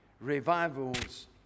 revival's